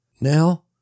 Now